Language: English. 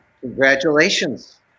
Congratulations